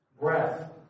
breath